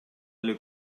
эле